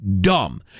dumb